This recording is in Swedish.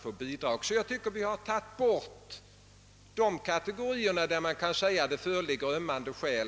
få bidrag. Därmed tycker jag att vi har tagit undan de kategorier, där det kan sägas föreligga ömmande skäl.